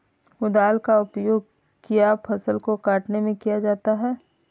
कुदाल का उपयोग किया फसल को कटने में किया जाता हैं?